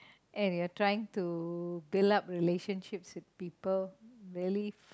and you're trying to build up relationships with people really